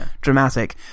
dramatic